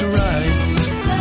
right